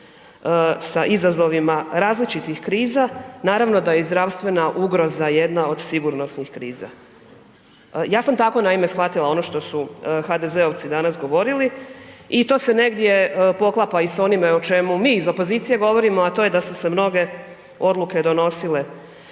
sa izazovima različitih kriza, naravno da i zdravstvena ugroza je jedna od sigurnosnih kriza. Ja sam tako naime shvatila ono što su HDZ-ovci danas govorili i to se negdje poklapa i sa onime o čemu mi iz opozicije govorimo a to je da su se mnoge odluke donosile